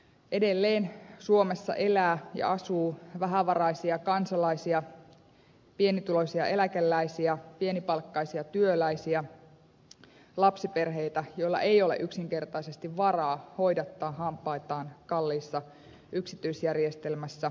edelleen suomessa elää ja asuu vähävaraisia kansalaisia pienituloisia eläkeläisiä pienipalkkaisia työläisiä lapsiperheitä joilla ei ole yksinkertaisesti varaa hoidattaa hampaitaan kalliissa yksityisjärjestelmässä